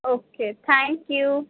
okay thank you